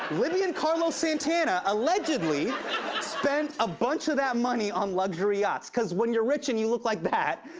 libyan carlos santana allegedly spent a bunch of that money on luxury yachts, cause when you're rich and you look like that,